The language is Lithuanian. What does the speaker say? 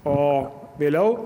o vėliau